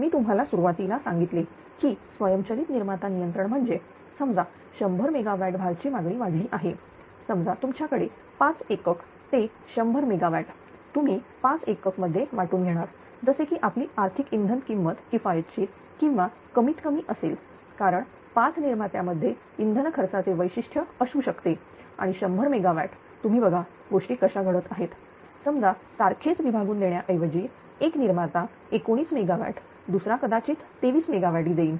मी तुम्हाला सुरुवातीला सांगितले की स्वयंचलित निर्माता नियंत्रण म्हणजे समजा 100 मेगावॅट भार ची मागणी वाढली आहे समजा तुमच्याकडे 5 एकक ते शंभर मेगावॅट तुम्ही 5 एकक मध्ये वाटून घेणार जसे की आपली आर्थिक इंधन किंमत किफायतशीर किंवा कमीत कमी असेल कारण 5 निर्मात्या मध्ये इंधन खर्चाचे वैशिष्ट्य असू शकते आणि शंभर मेगावॅट तुम्ही बघा गोष्टी अशा घडत आहेत समजा सारखेच विभागून देण्या ऐवजी एक निर्माता एकोणीस मेगा वॅट दुसरा कदाचित 23 MW देईल